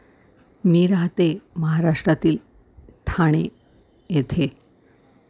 मी राहते महाराष्ट्रातील ठाणे येथे